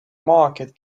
market